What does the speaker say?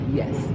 yes